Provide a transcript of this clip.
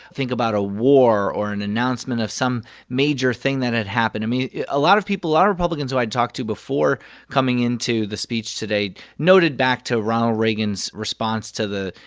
think about a war or an announcement of some major thing that had happened. i mean, a lot of people a lot of republicans who i'd talked to before coming into the speech today noted back to ronald reagan's response to the,